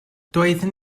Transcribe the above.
doeddwn